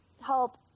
help